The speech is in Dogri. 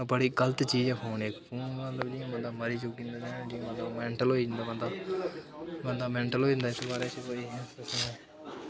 ओह् बड़ी गलत चीज़ ऐ फोनै च मेंटल होई जंदा बंदा बंदा मेंटल होई जंदा इस बारै च कोई